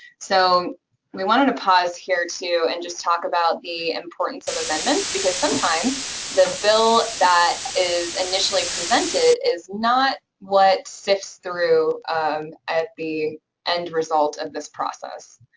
so we wanted to pause here, too, and just talk about the importance of amendments because sometimes the bill that is initially presented is not what sifts through at the end result of this process.